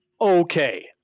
okay